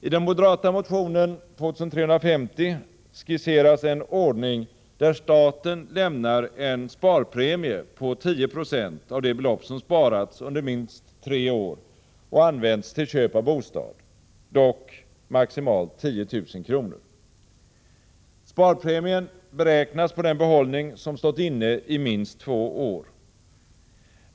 I den moderata motionen 2350 skisseras en ordning, där staten lämnar en sparpremie på 10 20 av det belopp som sparats under minst tre år och använts till köp av bostad, dock maximalt 10 000 kr. Sparpremien beräknas på den behållning som stått inne i minst två år.